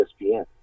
ESPN